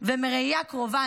ומראייה קרובה,